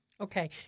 okay